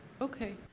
Okay